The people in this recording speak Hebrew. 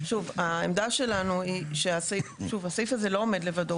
העמדה שלנו היא שהסעיף הזה לא עומד לבדו,